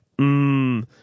mmm